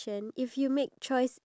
iya